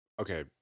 okay